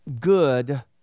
good